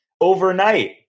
Overnight